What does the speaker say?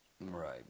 Right